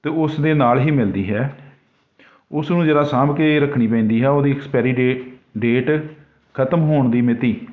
ਅਤੇ ਉਸ ਦੇ ਨਾਲ ਹੀ ਮਿਲਦੀ ਹੈ ਉਸ ਨੂੰ ਜ਼ਰਾ ਸਾਂਭ ਕੇ ਰੱਖਣੀ ਪੈਂਦੀ ਹੈ ਉਹਦੀ ਐਕਸਪੈਰੀਡੇ ਡੇਟ ਖਤਮ ਹੋਣ ਦੀ ਮਿਤੀ